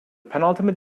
penultimate